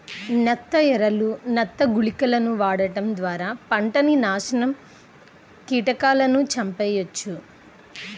నత్త ఎరలు, నత్త గుళికలను వాడటం ద్వారా పంటని నాశనం కీటకాలను చంపెయ్యొచ్చు